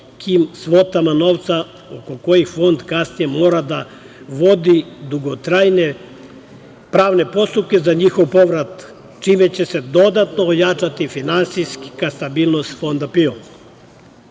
visokim svotama novca oko kojih Fond kasnije mora da vodi dugotrajne pravne postupke za njihov povrat, čime će se dodatno ojačati finansijska stabilnost Fonda